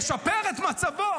ישפר את מצבו,